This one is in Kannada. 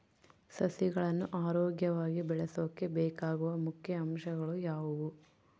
ಸಸಿಗಳನ್ನು ಆರೋಗ್ಯವಾಗಿ ಬೆಳಸೊಕೆ ಬೇಕಾಗುವ ಮುಖ್ಯ ಅಂಶಗಳು ಯಾವವು?